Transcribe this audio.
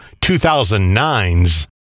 2009's